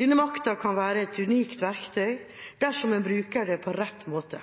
Denne makten kan være et unikt verktøy dersom en bruker det på rett måte.